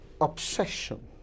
obsession